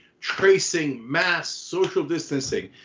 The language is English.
tracing, mass social distancing.